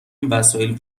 وسایل